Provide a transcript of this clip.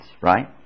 right